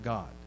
God